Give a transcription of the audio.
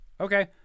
okay